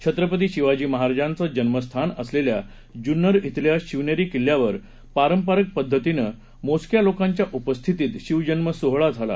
छत्रपती शिवाजी महाराजांचं जन्मस्थान असलेल्या जुन्नर शिल्या शिवनेरी किल्ल्यावर पारंपरिक पद्धतीनं मोजक्या लोकांच्या उपस्थितीत शिवजन्म सोहळा झाला